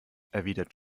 erwidert